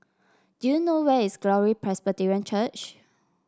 do you know where is Glory Presbyterian Church